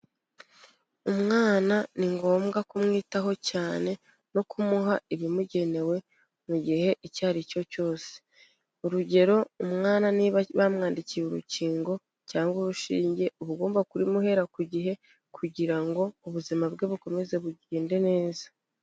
Umwana ni ngombwa kumwitaho cyane, no kumuha ibimugenewe mu gihe icyo ari cyo cyose. Urugero: umwana niba bamwandikiye urukingo cyangwa urushinge, uba ugomba kubimuhera ku gihe, kugira ngo ubuzima bwe bukomeze bugende neza.